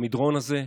למדרון הזה,